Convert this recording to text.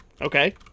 Okay